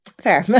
fair